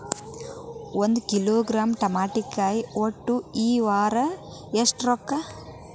ಒಂದ್ ಕಿಲೋಗ್ರಾಂ ತಮಾಟಿಕಾಯಿ ಒಟ್ಟ ಈ ವಾರ ಎಷ್ಟ ರೊಕ್ಕಾ?